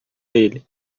ele